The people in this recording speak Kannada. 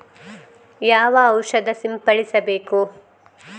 ಯಾವ ಔಷಧ ಸಿಂಪಡಿಸಬೇಕು?